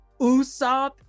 Usopp